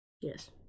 Yes